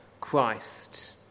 Christ